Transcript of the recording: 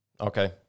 Okay